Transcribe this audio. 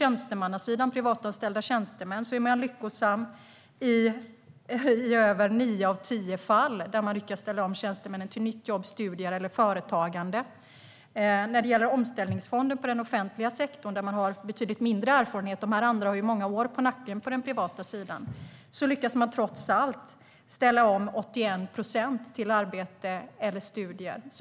Bland privatanställda tjänstemän är man lyckosam i över nio av tio fall, där man lyckas ställa om tjänstemännen till nytt jobb, studier eller företagande. När det gäller omställningsfonden i den offentliga sektorn har man betydligt mindre erfarenhet. På den privata sidan har man många år på nacken. Men trots allt lyckas man inom omställningsfonden inom den offentliga sektorn ställa om 81 procent till arbete eller studier.